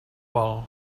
val